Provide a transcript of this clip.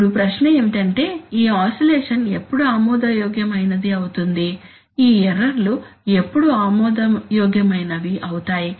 ఇప్పుడు ప్రశ్న ఏమిటంటే ఈ ఆసిలేషన్ ఎప్పుడు ఆమోదయోగ్యమైనది అవుతుంది ఈ ఎర్రర్ లు ఎప్పుడు ఆమోదయోగ్యమైనవి అవుతాయి